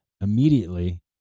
immediately